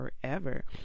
forever